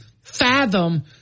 fathom